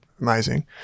amazing